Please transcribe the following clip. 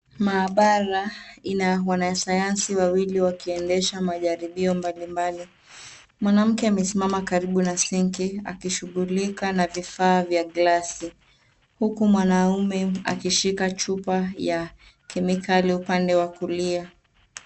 Maabara ina wanasayansi wawili wakiendesha majaribio mbalimbali. Mwanamke amesimama karibu na sinki akishighulika na vifaa vya glasi. Huku mwanaume akishika chupa ya kemikali upande wa kulia.